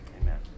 amen